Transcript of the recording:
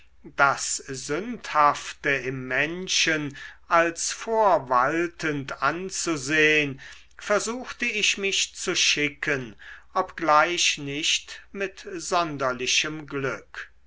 das sündhafte im menschen als vorwaltend anzusehn versuchte ich mich zu schicken obgleich nicht mit sonderlichem glück